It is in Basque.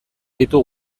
ditu